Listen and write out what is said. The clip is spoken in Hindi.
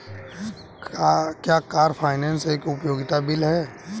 क्या कार फाइनेंस एक उपयोगिता बिल है?